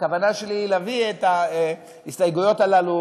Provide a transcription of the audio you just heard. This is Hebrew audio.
הכוונה שלי היא להביא את ההסתייגויות הללו